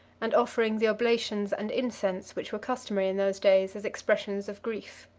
and offering the oblations and incense, which were customary in those days, as expressions of grief.